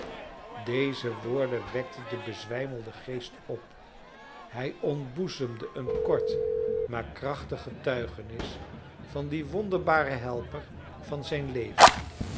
deze woorden wekten den bezwijmenden geest op hij ontboezemde een kort maar krachtig getuigenis van dien wonderbaren helper van zijn leven